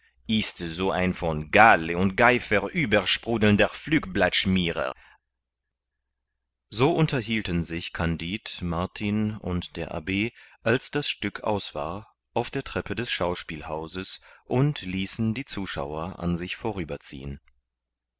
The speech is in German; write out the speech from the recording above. ist so ein von galle und geifer übersprudelnder flugblattschmierer ein f so unterhielten sich kandid martin und der abb als das stück aus war auf der treppe des schauspielhauses und ließen die zuschauer an sich